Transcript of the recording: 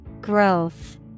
Growth